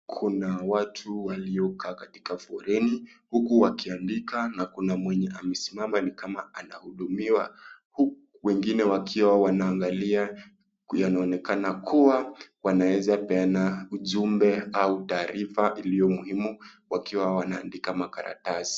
Kuna watu waliokaa katika foleni, huku wakiandika na kuna mwenye amesimama ni kama anahudumiwa. Huku wengine wakiwa wanaangalia. yanaonekana kuwa, wanawezapeana ujumbe au taarifa iliyo muhimu wakiwa wameandika karatasi.